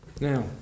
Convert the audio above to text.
Now